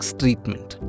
treatment